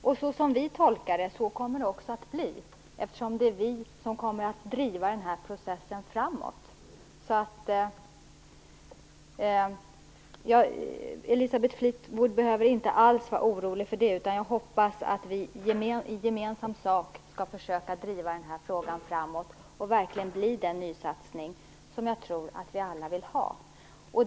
Fru talman! Såsom vi tolkar det kommer det också att bli, eftersom det är vi som kommer att driva den här processen framåt. Elisabeth Fleetwood behöver därför inte alls vara orolig, utan jag hoppas att vi gemensamt skall försöka driva den här frågan framåt, så att det verkligen kan bli den nysatsning som jag tror att vi alla vill ha.